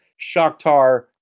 Shakhtar